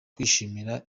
kwishimira